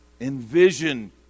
Envision